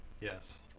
Yes